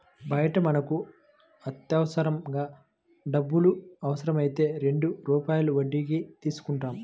బయట మనకు అత్యవసరంగా డబ్బులు అవసరమైతే రెండు రూపాయల వడ్డీకి తీసుకుంటాం